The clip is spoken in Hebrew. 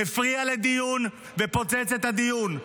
הפריע לדיון ופוצץ את הדיון.